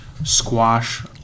squash